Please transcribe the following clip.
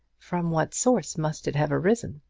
from what source must it have arisen?